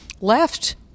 left